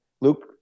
Luke